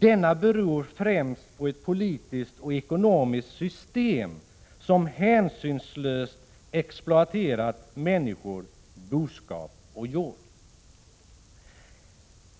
Denna beror främst på ett politiskt och ekonomiskt system som hänsynslöst exploaterat människor, boskap och jord.